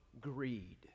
greed